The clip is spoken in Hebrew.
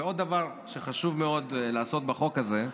ועוד דבר שחשוב מאוד לעשות בחוק הזה: